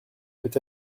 peut